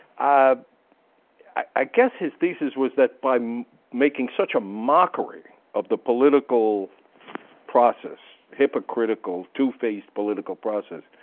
ah i guess his thesis was that by making such a mockery of the political process, hypocritical two faced political process,